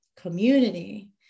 community